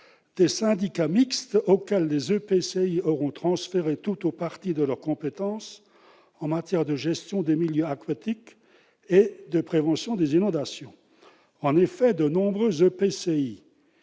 des syndicats mixtes auxquels les EPCI auront transféré tout ou partie de leur compétence en matière de gestion des milieux aquatiques et de prévention des inondations. En effet, de nombreux EPCI